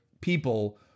people